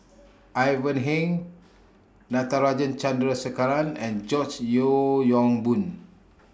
Ivan Heng Natarajan Chandrasekaran and George Yeo Yong Boon